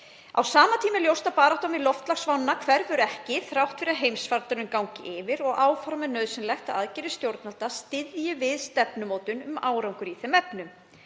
Á sama tíma er ljóst að baráttan við loftslagsvána hverfur ekki þrátt fyrir að heimsfaraldurinn gangi yfir og áfram er nauðsynlegt að aðgerðir stjórnvalda styðji við stefnumótun um árangur í þeim efnum.